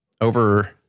over